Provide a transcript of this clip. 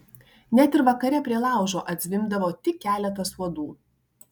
net ir vakare prie laužo atzvimbdavo tik keletas uodų